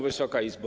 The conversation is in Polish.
Wysoka Izbo!